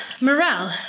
morale